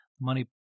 Money